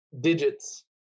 digits